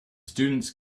students